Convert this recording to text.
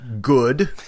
good